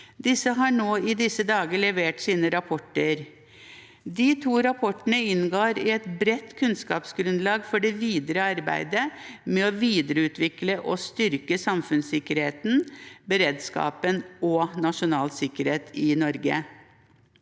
Disse har nå i disse dager levert sine rapporter. De to rapportene inngår i et bredt kunnskapsgrunnlag for det videre arbeidet med å videreutvikle og styrke samfunnssikkerheten, beredskapen og nasjonal sikkerhet i Norge.